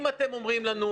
אם אתם אומרים לנו,